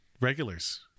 regulars